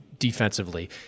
Defensively